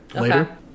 later